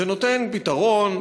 זה נותן פתרון,